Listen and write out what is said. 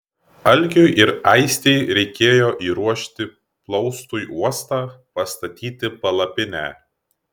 algiui ir aistei reikėjo įruošti plaustui uostą pastatyti palapinę